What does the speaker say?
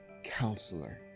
counselor